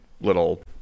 little